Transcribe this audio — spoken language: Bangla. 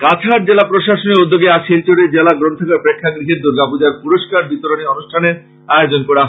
কাছাড় জেলা প্রশাসনের উদ্যোগে আজ শিলচরে জেলা গ্রন্থাগার প্রেক্ষাগহে দুর্গা পুজার পুরষ্কার বিতরনী অনুষ্ঠানের আয়োজন করা হয়েছে